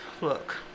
Look